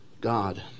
God